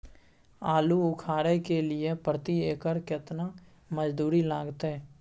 आलू उखारय के लिये प्रति एकर केतना मजदूरी लागते?